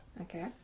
Okay